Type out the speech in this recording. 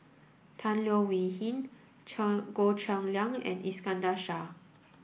Tan Leo Wee Hin Cheng Goh Cheng Liang and Iskandar Shah